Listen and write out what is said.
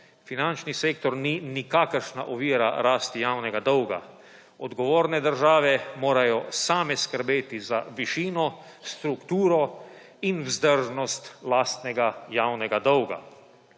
finančni sektor ni nikakršna ovira rasti javnega dolga. Odgovore države morajo same skrbeti za višino, strukturo in vzdržnost lastnega javnega dolga.